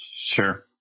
Sure